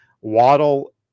Waddle